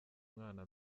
mwana